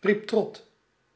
riep trott